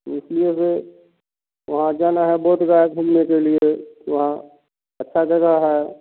इसलिए से वहाँ जाना है बोधगया घूमने के लिए वहाँ अच्छी जगह है